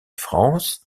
france